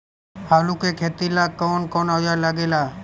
आलू के खेती ला कौन कौन औजार लागे ला?